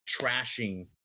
trashing